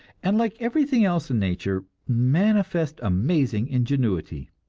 and like everything else in nature manifest amazing ingenuity.